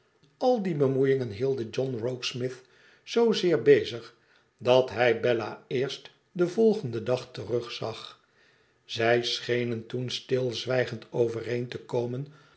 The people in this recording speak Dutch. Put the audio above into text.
al die becqoeiingen hielden john rokesmith zoo zeer bezig dat hij bella eerst den volgenden dag terugzag zij schenen toen stilzwijgend overeen te komen